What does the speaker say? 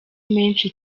menshi